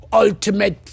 Ultimate